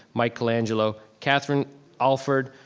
micheal angelo, catherine alfred,